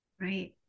Right